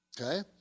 Okay